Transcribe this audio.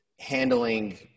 handling